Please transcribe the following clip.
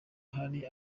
hari